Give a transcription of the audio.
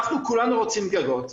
אנחנו כולנו רוצים גגות,